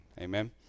amen